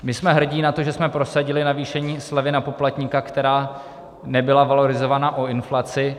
My jsme hrdí na to, že jsme prosadili navýšení slevy na poplatníka, která nebyla valorizovaná o inflaci.